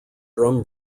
drum